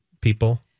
people